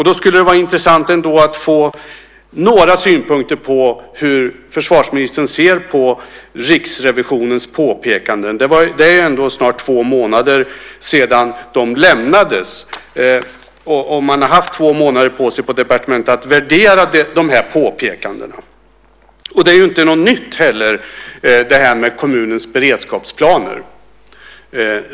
Då skulle det vara intressant att få några synpunkter på hur försvarsministern ser på Riksrevisionens påpekande. Det är ju ändå snart två månader sedan de lämnades, och man har alltså haft två månader på sig på departementet att värdera de här påpekandena. Det är ju inte heller något nytt, det här med kommunernas beredskapsplaner.